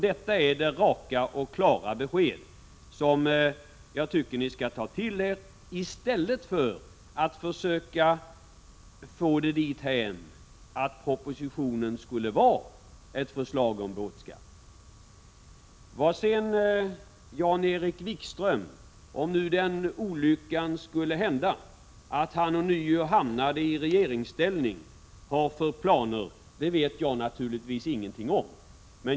Detta är det raka och klara besked som jag tycker ni skall ta till er, i stället för att försöka få det dithän att propositionen skulle vara ett förslag om båtskatt. Vad sedan Jan-Erik Wikström har för planer, om den olyckan skulle hända att han ånyo hamnar i regeringsställning, vet jag naturligtvis ingenting om.